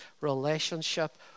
relationship